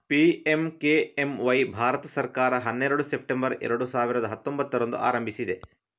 PMKMY Bharat ಸರ್ಕಾರ ಹನ್ನೆರಡು September ಎರಡು ಸಾವಿರದ ಹತ್ತೊಂಭತ್ತರಂದು ಆರಂಭಿಸಿದೆ